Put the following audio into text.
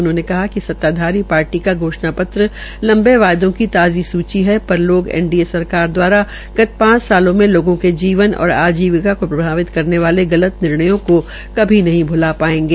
उन्होंने कहा कि सताधारी पार्टी का घोषणा पत्र लंबे वायदों की ताजी सूची है पर लोग एनडीए सरकार द्वारा गत पांच सालों में लोगों के जीवन और आजीविका को प्रभावित करने वाले गलत निर्णयों को कभी नहीं भुला पायेंगे